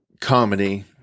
comedy